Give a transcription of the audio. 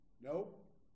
Nope